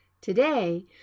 Today